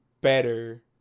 better